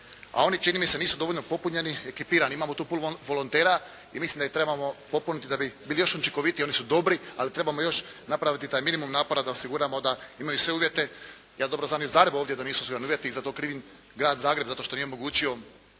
a oni čini mi se nisu dovoljno popunjeni, ekipirani. Imamo tu puno volontera i mislim da ih trebamo popuniti da bi bili još učinkovitiji. Oni su dobri, ali trebamo još napraviti taj minimum napora da osiguramo da imaju sve uvjete. Ja dobro znam i u Zagrebu ovdje da nisu osigurani uvjeti i zato krivim grad Zagreb zato jer nije omogućio